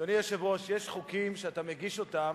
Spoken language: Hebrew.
אדוני היושב-ראש, יש חוקים שאתה מגיש אותם